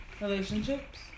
relationships